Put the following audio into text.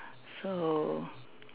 so